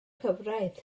cyfraith